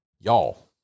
y'all